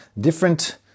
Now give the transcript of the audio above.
different